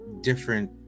different